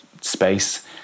space